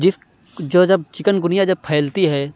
جس جو جب چکن گُنیا جب پھیلتی ہے